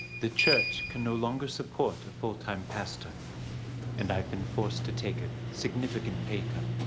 the church can no longer support a full time pastor and i have been forced to take a significant pay cut.